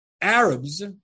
Arabs